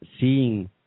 seeing